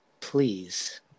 please